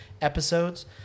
episodes